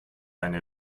eine